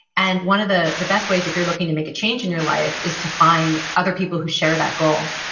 and one of the the best ways if you're looking to make a change in your life is to find other people who share that goal.